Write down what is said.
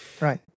Right